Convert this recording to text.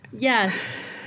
Yes